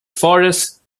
forests